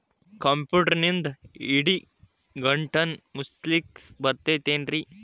ಕಂಪ್ಯೂಟರ್ನಿಂದ್ ಇಡಿಗಂಟನ್ನ ಮುಚ್ಚಸ್ಲಿಕ್ಕೆ ಬರತೈತೇನ್ರೇ?